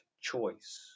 choice